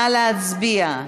נא להצביע.